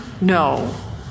No